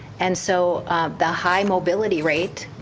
and so the high mobility rate,